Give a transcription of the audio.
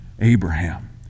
Abraham